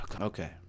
Okay